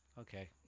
Okay